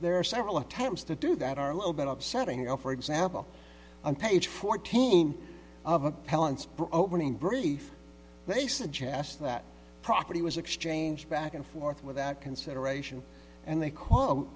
there are several attempts to do that are a little bit of setting up for example on page fourteen of appellants opening brief they suggest that property was exchanged back and forth without consideration and they quote